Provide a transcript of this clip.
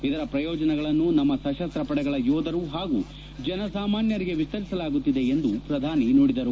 ಇದರ ಪ್ರಯೋಜನಗಳನ್ನು ನಮ್ಮ ಸಶಸ್ತಪಡೆಗಳ ಯೋಧರು ಹಾಗೂ ಜನಸಾಮಾನ್ಗರಿಗೆ ವಿಸ್ತರಿಸಲಾಗುತ್ತಿದೆ ಎಂದು ಪ್ರಧಾನಿ ಹೇಳಿದರು